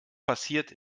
passiert